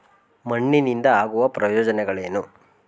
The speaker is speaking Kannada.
ಮಣ್ಣಿನಿಂದ ಆಗುವ ಪ್ರಯೋಜನಗಳೇನು?